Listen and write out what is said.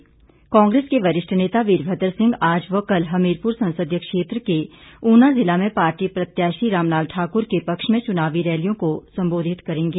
वहीं कांग्रेस के वरिष्ठ नेता वीरभद्र सिंह आज व कल हमीरपुर संसदीय क्षेत्र के उना जिला में पार्टी प्रत्याशी रामलाल ठाकुर के पक्ष में चुनावी रैलियों को संबोधित करेंगे